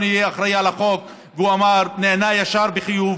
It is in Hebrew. יהיה אחראי על החוק והוא נענה ישר בחיוב,